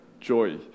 joy